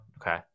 okay